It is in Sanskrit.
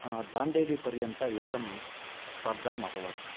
दाण्डेलिपर्यन्तम् एकं स्पर्दामभवत्